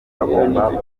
agomba